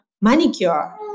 manicure